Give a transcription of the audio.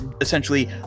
essentially